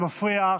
זה מפריע.